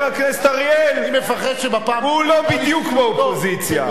כי חבר הכנסת אריאל הוא לא בדיוק באופוזיציה.